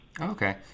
Okay